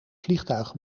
vliegtuig